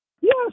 Yes